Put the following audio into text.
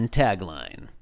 tagline